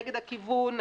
נגד הכיוון,